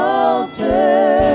altar